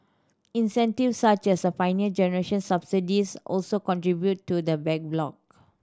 such as the Pioneer Generation subsidies also contributed to the backlog